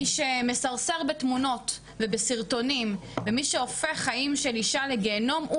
מי שמסרסר בתמונות ובסרטונים ומי שהופך חיים של אישה לגיהינום,